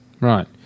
Right